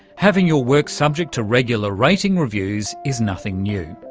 having your work subject to regular rating reviews is nothing new,